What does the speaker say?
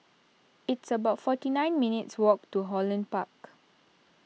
it's about forty nine minutes' walk to Holland Park